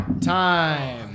time